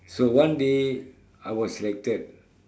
so one day I was selected